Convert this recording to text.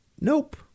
Nope